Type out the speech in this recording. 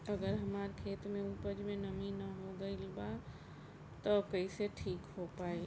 अगर हमार खेत में उपज में नमी न हो गइल बा त कइसे ठीक हो पाई?